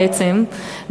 בעצם,